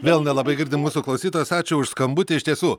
vėl nelabai girdim mūsų klausytojos ačiū už skambutį iš tiesų